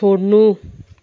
छोड्नु